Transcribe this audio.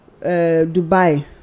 Dubai